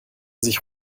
sich